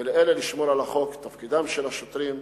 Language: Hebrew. ולאלה לשמור על החוק, תפקידם של השוטרים.